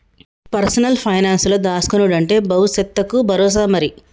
personal పైనాన్సుల దాస్కునుడంటే బవుసెత్తకు బరోసా మరి